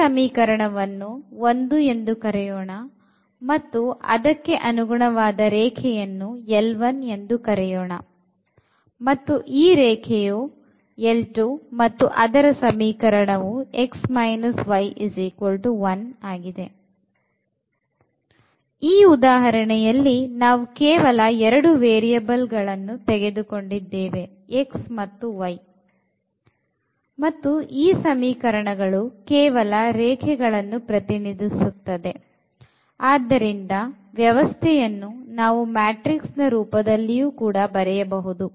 ಈ ಸಮೀಕರಣವನ್ನು 1 ಎಂದು ಕರೆಯೋಣ ಮತ್ತು ಅದಕ್ಕೆ ಅನುಗುಣವಾದ ರೇಖೆಯನ್ನು ಎಂದು ಕರೆಯೋಣ ಮತ್ತು ಈ ರೇಖೆಯು L 2 ಮತ್ತು ಅದರ ಸಮೀಕರಣವು x y1 ಆಗಿದೆ ಈ ಉದಾಹರಣೆಯಲ್ಲಿ ನಾವು ಕೇವಲ ಎರಡು ವೇರಿಯಬಲ್ ಗಳನ್ನು ತೆಗೆದುಕೊಂಡಿದ್ದೇನೆ x y ಮತ್ತು ಈ ಸಮೀಕರಣಗಳು ಕೇವಲ ರೇಖೆಗಳನ್ನು ಪ್ರತಿನಿಧಿಸುತ್ತದೆ ಆದ್ದರಿಂದ ವ್ಯವಸ್ಥೆಯನ್ನು ನಾವು ಮ್ಯಾಟ್ರಿಕ್ಸ್ ರೂಪದಲ್ಲಿ ಕೂಡ ಬರೆಯಬಹುದು